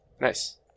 Nice